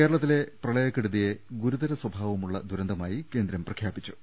കേരളത്തിലെ പ്രളയക്കെടുതിയെ ഗുരുതര സ്വഭാവമുള്ള ദുര ന്തമായി കേന്ദ്രം പ്രഖ്യാപിച്ചു